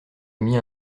émis